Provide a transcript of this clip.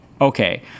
okay